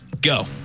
Go